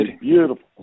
beautiful